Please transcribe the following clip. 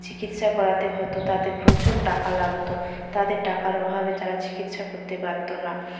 চিকিৎসা করাতে হতো তাতে প্রচুর টাকা লাগতো তাদের টাকার অভাবে তারা চিকিৎসা করতে পারতো না